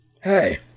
Hey